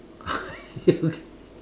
you